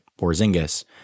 Porzingis